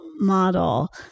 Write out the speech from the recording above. Model